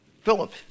Philip